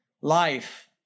Life